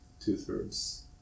two-thirds